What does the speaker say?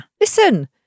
Listen